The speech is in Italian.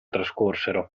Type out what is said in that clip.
trascorsero